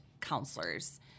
counselors